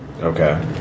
Okay